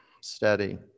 Steady